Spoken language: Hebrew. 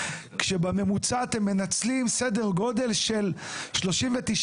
כשבממוצע אתם מנצלים סדר גודל של 39%